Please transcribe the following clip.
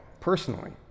personally